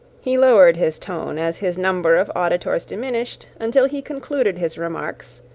he lowered his tone as his number of auditors diminished, until he concluded his remarks,